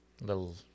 little